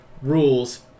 rules